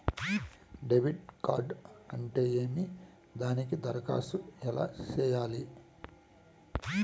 debit card అంటే ఏమి దానికి దరఖాస్తు ఎలా సేయాలి